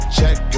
Check